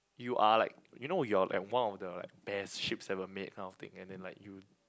you are like you know you're like one of the like best ships ever made kind of thing and then like you